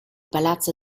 palazzo